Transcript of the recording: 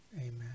amen